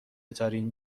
ترین